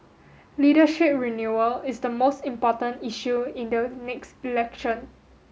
leadership renewal is the most important issue in the next election